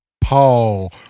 Paul